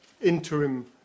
interim